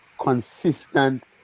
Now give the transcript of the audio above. consistent